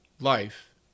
life